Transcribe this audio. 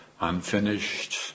unfinished